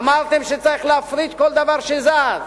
אמרתם שצריך להפריט כל דבר שזז,